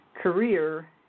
career